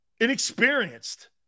Inexperienced